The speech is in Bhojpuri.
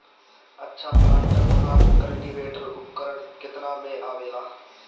अच्छा प्लांटर तथा क्लटीवेटर उपकरण केतना में आवेला?